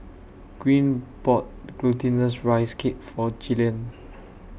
Greene bought Glutinous Rice Cake For Gillian